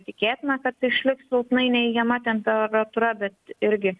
tikėtina kad išliks silpnai neigiama temperatūra bet irgi